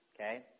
okay